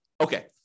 Okay